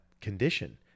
condition